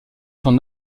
son